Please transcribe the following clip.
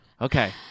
Okay